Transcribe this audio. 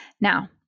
Now